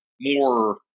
more